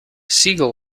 segal